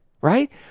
right